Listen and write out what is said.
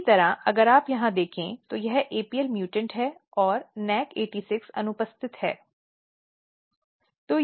इसी तरह अगर आप यहाँ देखें तो यह apl म्यूटेंट है और NAC86 अनुपस्थित है